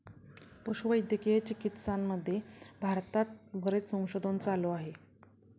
पशुवैद्यकीय चिकित्सामध्ये भारतात बरेच संशोधन चालू आहे